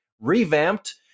revamped